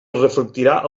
reflectirà